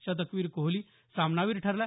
शतकवीर कोहली सामनावीर ठरला